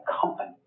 company